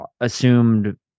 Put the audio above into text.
assumed